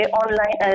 online